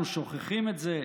אנחנו שוכחים את זה?